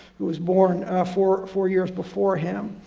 who was born for four years before him.